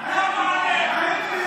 (אומר בערבית: